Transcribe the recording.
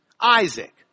Isaac